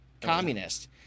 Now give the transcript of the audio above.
communist